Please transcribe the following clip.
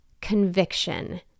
conviction